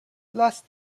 last